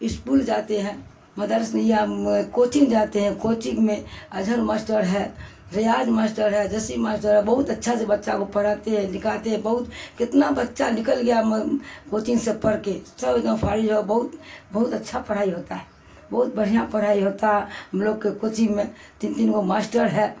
school جاتے ہیں مدرسہ یا کوچنگ جاتے ہیں کوچنگ میں اظہر ماشٹر ہے ریاض ماشٹر ہے جیسے ہی ماشٹر ہے بہت اچھا سے بچہ کو پڑھاتے ہیں لکھاتے ہیں بہت کتنا بچہ نکل گیا کوچنگ سے پڑھ کے سب ایک دم فارغ ہو گئے بہت بہت اچھا پڑھائی ہوتا ہے بہت بڑھیا پڑھائی ہوتا ہے ہم لوگ کے کوچنگ میں تین تین گو ماشٹر ہے